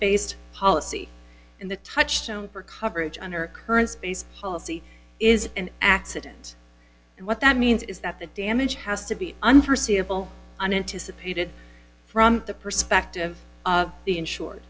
based policy in the touchstone for coverage under current space policy is an accident and what that means is that the damage has to be untrue unanticipated from the perspective of the insured